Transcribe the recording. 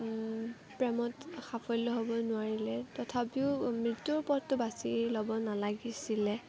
প্ৰেমত সাফল্য হ'ব নোৱাৰিলে তথাপিও মৃত্যুৰ পথটো বাচি ল'ব নালাগিছিলে